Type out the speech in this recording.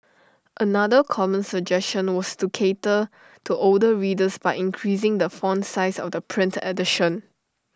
another common suggestion was to cater to older readers by increasing the font size of the print edition